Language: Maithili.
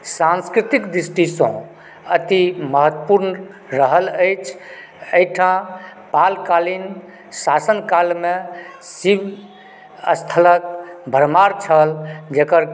सांस्कृतिक दृष्टिसंँ अति महत्वपूर्ण रहल अछि एहिठाँ पालकालीन शाषणकालमे शिवस्थलके भरमार छल जेकर